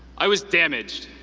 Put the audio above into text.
i was damaged.